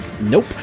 Nope